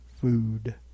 food